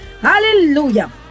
Hallelujah